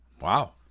Wow